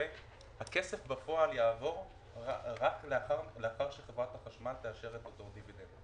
הכסף בפועל יעבור רק לאחר שחברת החשמל תאשר את אותו דיבידנד.